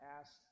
asked